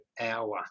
hour